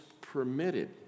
permitted